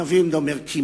הנביא אומר "כמעט".